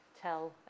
tell